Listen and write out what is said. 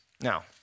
Now